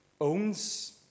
owns